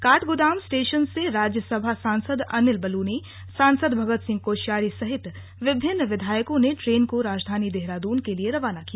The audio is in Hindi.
काठगोदाम स्टेशन से राज्यसभा सांसद अनिल बलूनी सांसद भगत सिह कोश्यारी सहित विभिन्न विधायकों ने ट्रेन को राजधानी देहरादून के लिए रवाना किया